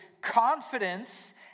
confidence